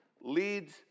leads